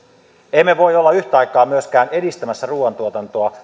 emme voi olla yhtä aikaa myöskään edistämässä ruuantuotantoa